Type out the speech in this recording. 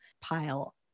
pile